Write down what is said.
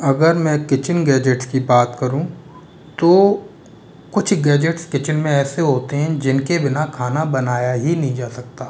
अगर मैं kitchen gadgets की बात करूँ तो कुछ गैजेट्स किचन में ऐसे होते हैं जिनके बिना खाना बनाया ही नहीं जा सकता